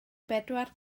bedwar